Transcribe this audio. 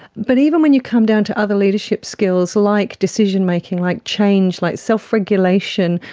but even when you come down to other leadership skills like decision-making, like change, like self-regulation,